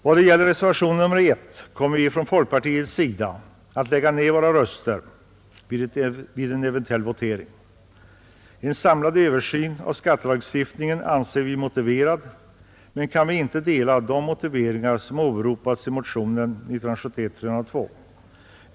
Vad det gäller reservationen I kommer vi från folkpartiets sida att lägga ned våra röster vid en eventuell votering. En samlad översyn av skattelagstiftningen anser vi motiverad, men vi kan inte dela de motiveringar som åberopas i motionen 302.